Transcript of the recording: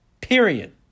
Period